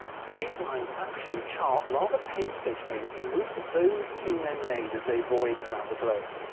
so these lines actually chart rather painstakingly the route that those two men made as they voyaged round the globe.